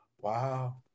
Wow